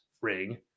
Ring